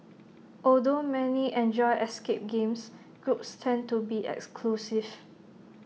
although many enjoy escape games groups tend to be exclusive